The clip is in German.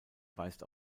weist